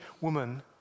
woman